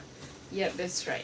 ya that's right